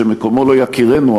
שמקומו לא יכירנו.